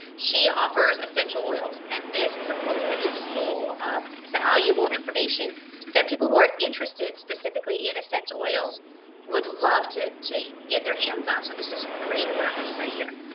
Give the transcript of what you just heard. she offers essential oils and this is a post that is fill of valuable information that people who are interested specifically in essential oils would love to to get their hands on. so this is great marketing right here.